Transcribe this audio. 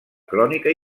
crònica